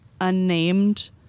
unnamed